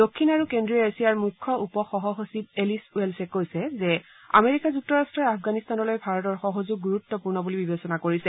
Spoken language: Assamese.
দক্ষিণ আৰু কেদ্ৰীয় এছিয়াৰ মুখ্য উপ সহ সচিব এলিচ ৱেলছে কৈছে যে আমেৰিকা যুক্তৰাট্টই আফগানিস্তানলৈ ভাৰতৰ সহযোগ গুৰুত্পূৰ্ণ বুলি বিবেচনা কৰিছে